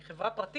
היא חברה פרטית.